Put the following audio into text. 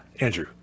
Andrew